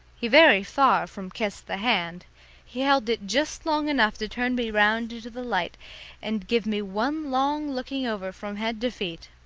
he very far from kissed the hand he held it just long enough to turn me round into the light and give me one long looking-over from head to feet.